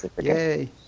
yay